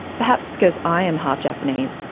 perhaps because i am half-japanese,